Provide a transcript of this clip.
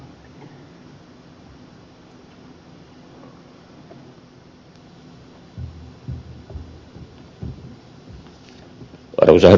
arvoisa herra puhemies